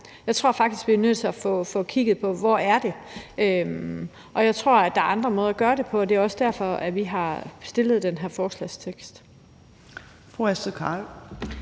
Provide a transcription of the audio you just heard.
Jeg tror faktisk, at vi er nødt til at få kigget på, hvor det er, og jeg tror, der er andre måder at gøre det på. Det er også derfor, vi har stillet det forslag til